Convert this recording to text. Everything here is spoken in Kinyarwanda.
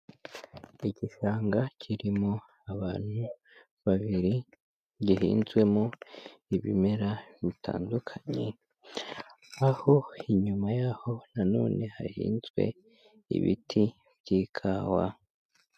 Igishanga kirimo abantu babiri, gihinzwemo ibimera bitandukanye, aho inyuma y'aho nanone hahinzwe ibiti by'ikawa.